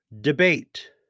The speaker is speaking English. debate